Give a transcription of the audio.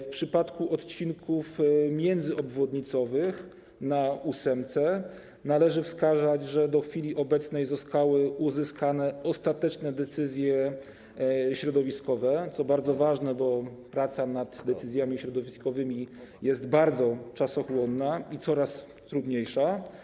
W przypadku odcinków międzyobwodnicowych na ósemce należy wskazać, że do chwili obecnej zostały uzyskane ostateczne decyzje środowiskowe, co jest bardzo ważne, bo praca nad decyzjami środowiskowymi jest bardzo czasochłonna i coraz trudniejsza.